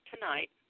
tonight